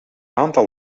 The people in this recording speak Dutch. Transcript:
aantal